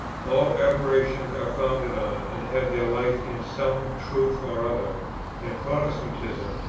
all aberrations are founded on, and have their life in, some truth or other and protestantism,